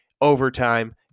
overtime